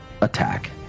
attack